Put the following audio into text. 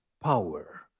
power